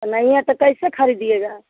अ नहीं है तो कैसे खरीदिएगा